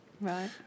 Right